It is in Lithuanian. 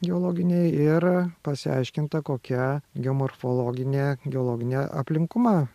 geologiniai ir pasiaiškinta kokia geomorfologinė geologinė aplinkuma